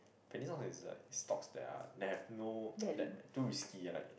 penny stocks is that stocks that are that have no that too risky ah like